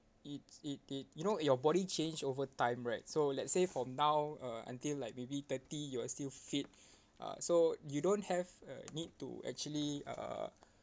it's it it you know your body change over time right so let's say from now uh until like maybe thirty you are still fit uh so you don't have a need to actually uh